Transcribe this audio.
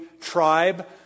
tribe